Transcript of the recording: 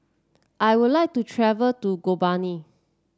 I would like to travel to Gaborone